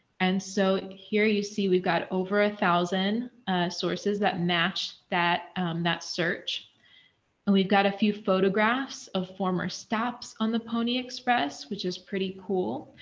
and so here you see we've got over one ah thousand sources that match that that search and we've got a few photographs of former stops on the pony express, which is pretty cool.